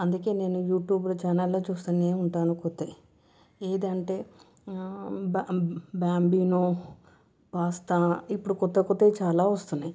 అందుకే నేను యూట్యూబ్లు చానెల్లో చూస్తు ఉంటాను కొత్తవి ఏంటంటే బా బాంబినో పాస్తా ఇప్పుడు కొత్త కొత్తవి చాలా వస్తున్నాయి